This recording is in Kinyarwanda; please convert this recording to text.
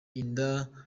inda